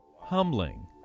Humbling